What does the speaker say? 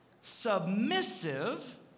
submissive